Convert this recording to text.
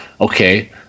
Okay